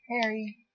Harry